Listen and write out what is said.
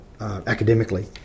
academically